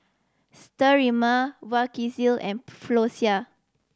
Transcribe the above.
Sterimar Vagisil and Floxia